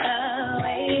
away